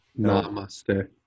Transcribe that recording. Namaste